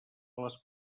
les